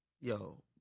Yo